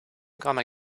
gonna